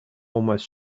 almost